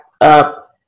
Up